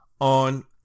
on